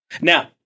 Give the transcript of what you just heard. Now